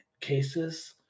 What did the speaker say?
cases